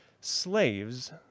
slaves